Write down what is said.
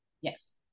Yes